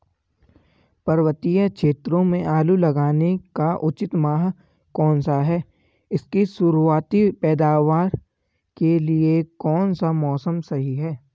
पर्वतीय क्षेत्रों में आलू लगाने का उचित माह कौन सा है इसकी शुरुआती पैदावार के लिए कौन सा मौसम सही है?